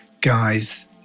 guys